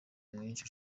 mwishi